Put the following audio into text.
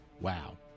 Wow